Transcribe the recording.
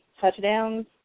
touchdowns